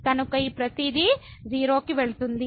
కనుక ఈ ప్రతిదీ 0 కి వెళుతుంది